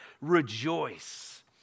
rejoice